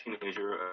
teenager